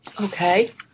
Okay